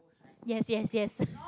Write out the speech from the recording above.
yes yes yes